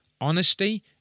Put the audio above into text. honesty